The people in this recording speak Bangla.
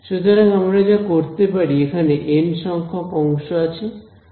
সুতরাং আমরা যা করতে পারি এখানে এন সংখ্যক অংশ আছে